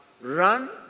run